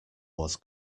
was